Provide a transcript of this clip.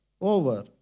over